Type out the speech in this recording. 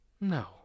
No